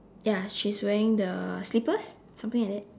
ya she's wearing the slippers something like that